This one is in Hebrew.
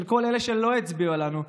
כל אלה שלא הצביעו לנו.